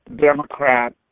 Democrat